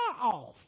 off